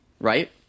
right